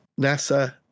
NASA